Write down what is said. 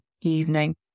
evening